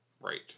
Right